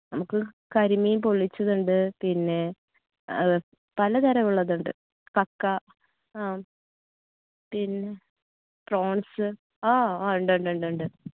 നമുക്ക് കരിമീൻ പൊള്ളിച്ചത് ഉണ്ട് പിന്നെ പലതരം ഉള്ളതുണ്ട് കക്ക ആ പിന്നെ പ്രോൺസ് ആ ഉണ്ട് ഉണ്ട് ഉണ്ട് ഉണ്ട്